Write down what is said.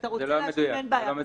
אתה רוצה להשלים, אין בעיה.